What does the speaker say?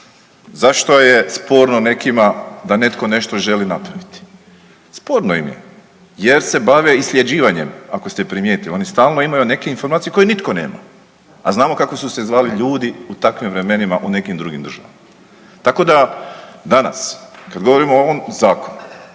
Zašto je sporno nekima da netko nešto želi napraviti? Sporno im je jer se bave isljeđivanjem, ako ste primijetili. Oni stalno imaju neke informacije koje nitko nema, a znamo kako su se zvali ljudi u takvim vremenima u nekim drugim državama. Tako da danas kad govorimo o ovom Zakonu,